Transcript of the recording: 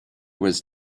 was